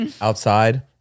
outside